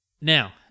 Now